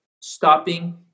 stopping